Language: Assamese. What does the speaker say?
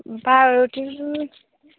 বাৰু